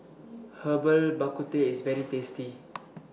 Herbal Bak Ku Teh IS very tasty